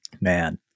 man